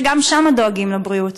שגם שם דואגים לבריאות?